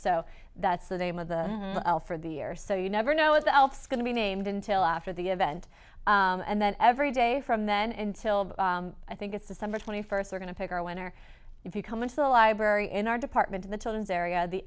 so that's the name of the elf for the year so you never know what the else is going to be named until after the event and then every day from then until i think it's december twenty first we're going to pick our winner if you come into the library in our department in the children's area the